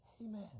Amen